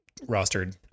rostered